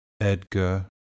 Edgar